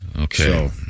Okay